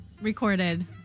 recorded